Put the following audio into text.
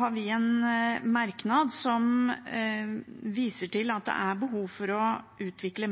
har en merknad som viser til behovet for å utvikle